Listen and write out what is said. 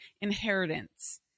inheritance